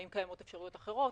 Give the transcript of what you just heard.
האם קיימות אפשרויות אחרות,